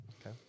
Okay